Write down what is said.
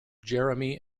jeremy